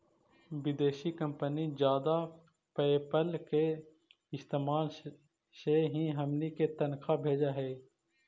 विदेशी कंपनी जादा पयेपल के इस्तेमाल से ही हमनी के तनख्वा भेजऽ हइ